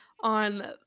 on